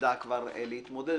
נדע כבר להתמודד.